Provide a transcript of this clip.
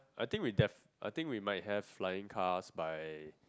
I think we def~ I think we might have flying cars by